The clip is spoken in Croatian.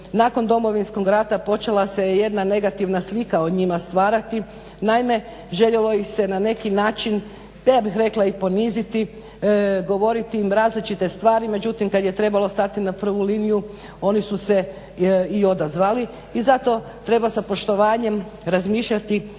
nakon Domovinskog rata počela se jedna negativna slika o njima stvarati. Naime, željelo ih se na neki način pa ja bih rekla i poniziti, govoriti im različite stvari. Međutim, kad je trebalo stati na prvu liniju oni su se i odazvali i zato treba sa poštovanjem razmišljati